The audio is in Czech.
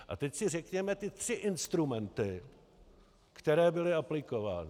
A teď si řekněme ty tři instrumenty, které byly aplikovány.